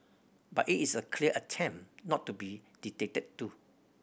but it's a clear attempt not to be dictated to